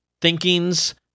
thinkings